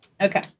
Okay